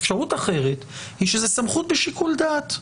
אפשרות אחרת היא שזו סמכות בשיקול דעת.